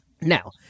Now